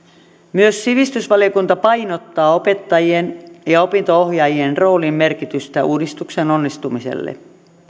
myös sivistysvaliokunta painottaa opettajien ja opinto ohjaajien roolin merkitystä uudistuksen onnistumiselle